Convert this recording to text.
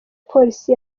polisi